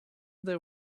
there